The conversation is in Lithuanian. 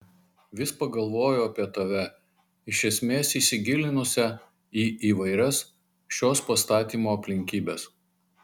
vis pagalvoju apie tave iš esmės įsigilinusią į įvairias šios pastatymo aplinkybes